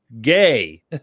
gay